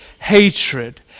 hatred